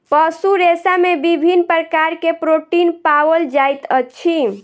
पशु रेशा में विभिन्न प्रकार के प्रोटीन पाओल जाइत अछि